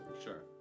sure